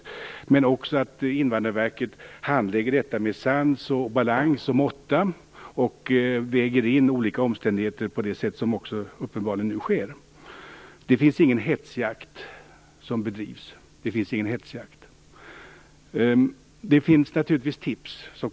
Dessutom är det viktigt att Invandrarverket handlägger detta med sans, balans och måtta och väger in olika omständigheter på det sätt som nu också uppenbarligen sker. Det bedrivs ingen hetsjakt, men det kommer naturligtvis in tips.